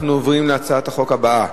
אנחנו עוברים להצעת החוק הבאה,